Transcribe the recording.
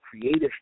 creative